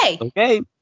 Okay